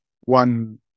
one